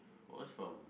was from